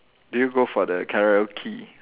do you go for the karaoke